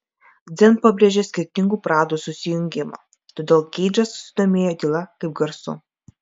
dzen pabrėžia skirtingų pradų susijungimą todėl keidžas susidomėjo tyla kaip garsu